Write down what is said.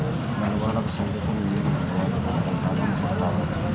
ಬಂಡವಾಳವನ್ನ ಸಂಗ್ರಹಿಸಕ ನಿಗಮಗಳ ಬಾಂಡ್ಗಳ ರೂಪದಾಗ ಸಾಲನ ಕೊಡ್ತಾವ